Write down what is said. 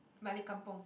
balik-kampung